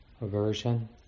aversion